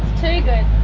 too good.